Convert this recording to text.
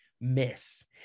miss